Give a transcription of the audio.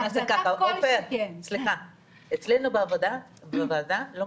אנחנו בעד התגבור.